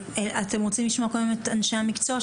אתם רוצים לשמוע קודם את אנשי המקצוע?